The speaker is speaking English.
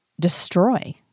destroy